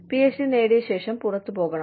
PhD നേടിയ ശേഷം പുറത്തുപോകണം